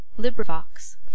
Librivox